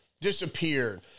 disappeared